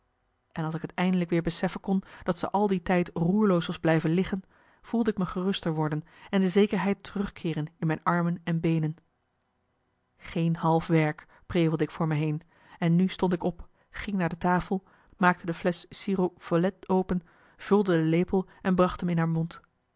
en als ik t eindelijk weer beseffen kon dat ze al die tijd roerloos was blijven liggen voelde ik me geruster worden en de zekerheid terugkeeren in mijn armen en beenen geen half werk prevelde ik voor me heen en nu stond ik op ging naar de tafel maakte de flesch sirop follet open vulde de lepel en bracht m in haar mond